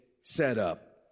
setup